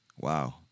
wow